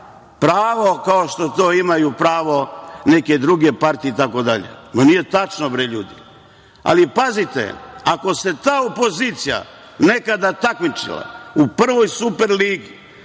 pravo kao što to imaju pravo neke druge partije, itd. Nije tačno, ljudi. Ali, pazite, ako se ta opozicija nekada takmičila u prvoj super ligi,